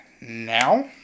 now